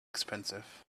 expensive